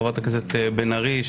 חברת הכנסת בן ארי,